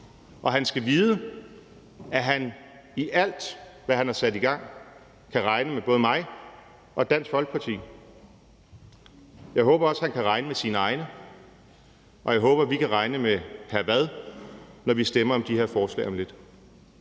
Og han skal vide, at han i alt, hvad han har sat i gang, kan regne med både mig og Dansk Folkeparti. Jeg håber også, at han kan regne med sine egne, og jeg håber, at vi kan regne med hr. Frederik Vad, når vi stemmer om de her forslag om lidt.